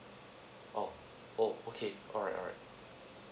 oh oh okay alright alright